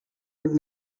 but